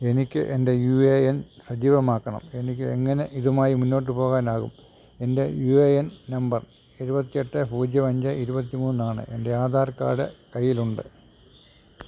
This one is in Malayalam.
എനിക്ക് എൻ്റെ യു എ എൻ സജീവമാക്കണം എനിക്ക് എങ്ങനെ ഇതുമായി മുന്നോട്ട് പോകാനാകും എൻ്റെ യു എ എൻ നമ്പർ എഴുപത്തെട്ട് പൂജ്യം അഞ്ച് ഇരുപത്തി മൂന്നാണ് എൻ്റെ ആധാർ കാർഡ് കയ്യിലുണ്ട്